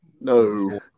No